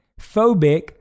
phobic